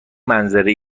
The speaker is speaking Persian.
منظره